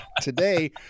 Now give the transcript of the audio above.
Today